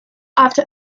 after